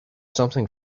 something